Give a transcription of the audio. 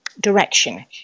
direction